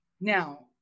Now